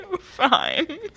Fine